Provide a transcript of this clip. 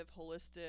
holistic